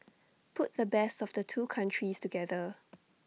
put the best of the two countries together